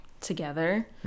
together